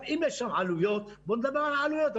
אם יש שם עלויות בואו נדבר על העלויות,